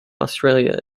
australia